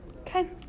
Okay